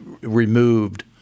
Removed